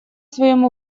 своём